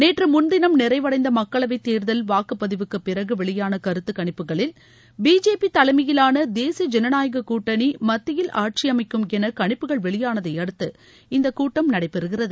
நேற்று முன்தினம் நிறைவடந்த மக்களவைத் தேர்தல் வாக்குப்பதிவுக்கு பிறகு வெளியான கருத்துக்கணிப்புகளில் பிஜேபி தலைமையிலான தேசிய ஜனநாயக கூட்டணி மத்தியில் ஆட்சியமைக்கும் என கணிப்புகள் வெளியானதை அடுத்து இந்த கூட்டம் நடைபெறுகிறது